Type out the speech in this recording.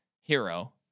hero